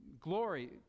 glory